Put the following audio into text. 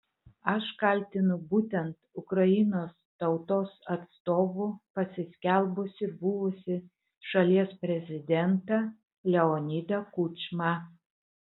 aš kaltinu būtent ukrainos tautos atstovu pasiskelbusį buvusį šalies prezidentą leonidą kučmą